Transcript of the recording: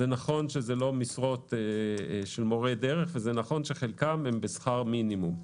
נכון שזה לא משרות של מורי דרך ונכון שחלקן בשכר מינימום.